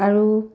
আৰু